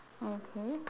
okay